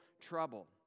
trouble